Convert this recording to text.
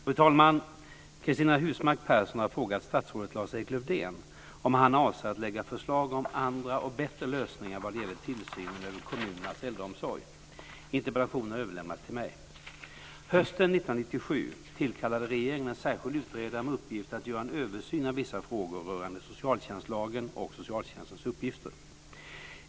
Fru talman! Cristina Husmark Pehrsson har frågat statsrådet Lars-Erik Lövdén om han avser att lägga fram förslag om andra och bättre lösningar vad gäller tillsynen över kommunernas äldreomsorg. Interpellationen har överlämnats till mig. Hösten 1997 tillkallade regeringen en särskild utredare med uppgift att göra en översyn av vissa frågor rörande socialtjänstlagen och socialtjänstens uppgifter.